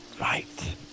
Right